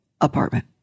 apartment